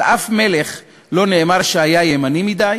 על שום מלך לא נאמר שהיה ימני מדי